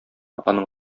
аның